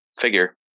figure